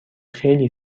خیلی